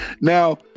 Now